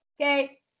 Okay